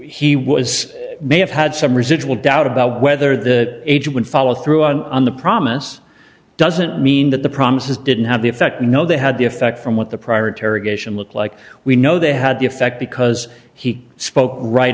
he was may have had some residual doubt about whether the age would follow through on the promise doesn't mean that the promises didn't have the effect no they had the effect from what the prior terror geisha looked like we know they had the effect because he spoke right